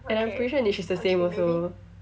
and I'm pretty sure nitch is the same also